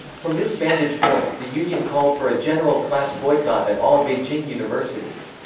from this vantage point, the union called for a general class boycott at all beijing universities.